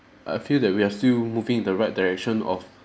I feel that we are still moving in the right direction of